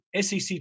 SEC